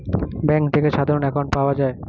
bank থেকে সাধারণ account পাওয়া যায়